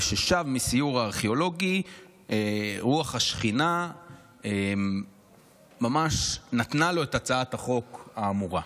וכששב מהסיור הארכיאולוגי רוח השכינה ממש נתנה לו את הצעת החוק האמורה.